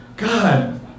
God